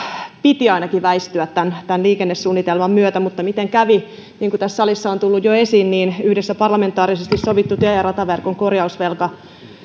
piti väistyä tämän tämän liikennesuunnitelman myötä mutta miten kävi niin kuin tässä salissa on jo tullut esiin yhdessä parlamentaarisesti sovitun tie ja rataverkon korjausvelan